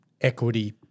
equity